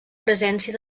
presència